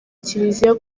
kiliziya